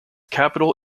capital